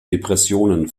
depressionen